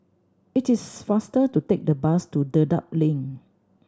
it is faster to take the bus to Dedap Link